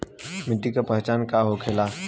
मिट्टी के पहचान का होखे ला?